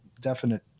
definite